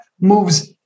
moves